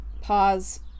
Pause